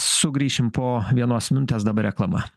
sugrįšim po vienos minutės dabar reklama